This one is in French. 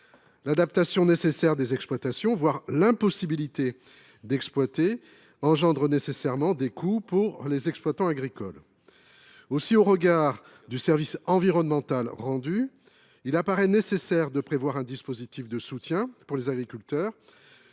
L’adaptation nécessaire des exploitations, voire l’impossibilité d’exploiter, engendre nécessairement des coûts pour les exploitants agricoles. Au regard du service environnemental rendu, il apparaît nécessaire de prévoir un dispositif de soutien pour les agriculteurs